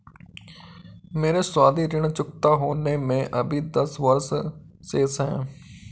मेरे सावधि ऋण चुकता होने में अभी दस वर्ष शेष है